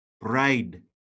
Pride